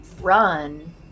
run